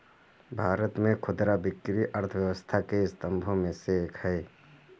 भारत में खुदरा बिक्री अर्थव्यवस्था के स्तंभों में से एक है